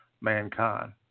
mankind